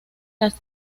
las